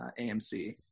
AMC